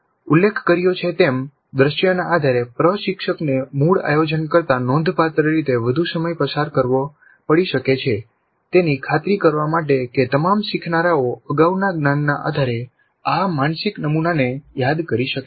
ઉલ્લેખ કર્યો છે તેમ દૃશ્યના આધારે પ્રશિક્ષકને મૂળ આયોજન કરતાં નોંધપાત્ર રીતે વધુ સમય પસાર કરવો પડી શકે છે તેની ખાતરી કરવા માટે કે તમામ શીખનારાઓ અગાઉના જ્ઞાનના આધારે આ માનસિક નમુનાને યાદ કરી શકે